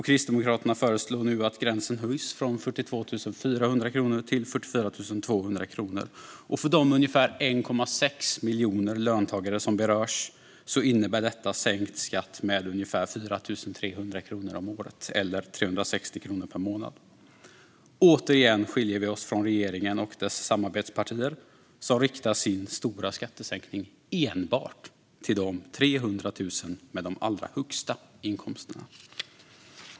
Kristdemokraterna föreslår nu att gränsen höjs från 42 400 kronor till 44 200 kronor. För de ungefär 1,6 miljoner löntagare som berörs innebär detta sänkt skatt med ungefär 4 300 kronor om året eller 360 kronor per månad. Återigen skiljer vi oss från regeringen och dess samarbetspartier, som riktar sin stora skattesänkning enbart till de 300 000 med de allra högsta inkomsterna.